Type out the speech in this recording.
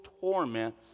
torment